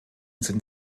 sind